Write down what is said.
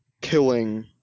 killing